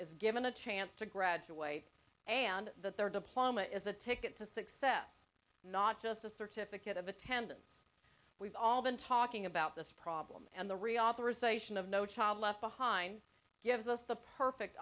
is given a chance to graduate and that their diploma is a ticket to success not just a certificate of attendance we've all been talking about this problem and the reauthorization of no child left behind gives us the perfect